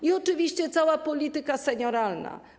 I oczywiście cała polityka senioralna.